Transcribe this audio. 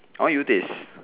I want you taste